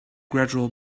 gradual